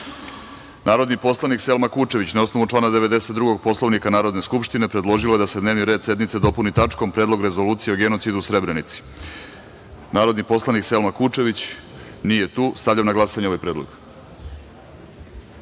poslanik Selma Kučević, na osnovu člana 92. Poslovnika Narodne skupštine, predložila je da se dnevni red sednice dopuni tačkom – Predlog rezolucije o genocidu u Srebrenici. Narodni poslanik Selma Kučević nije tu. Stavljam na glasanje ovaj